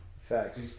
Facts